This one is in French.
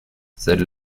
celle